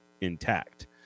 intact